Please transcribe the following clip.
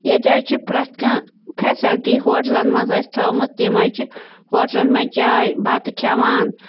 ییٚتہِ حظ چھِ پرٮ۪تھ کانٛہہ فیسلٹی ہوٹلَن منٛز اسہِ تھٲومٕژ تِم حظ چھِ ہوٹلَن منٛز بَتہٕ چاے بَتہٕ کھیٚوان